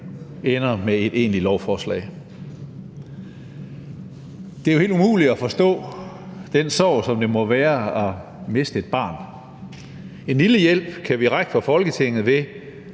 ender med et egentligt lovforslag. Det er jo helt umuligt at forstå den sorg, som det må være at miste et barn. En lille hjælp kan vi række fra Folketingets side